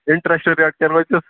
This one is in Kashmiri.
اِنٹرٛسٹہٕ ریٹ کیٛاہ روزٮ۪س